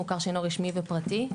מוכר שאינו רשמי ופרטי.